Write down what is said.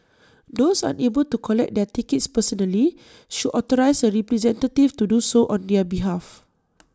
those unable to collect their tickets personally should authorise A representative to do so on their behalf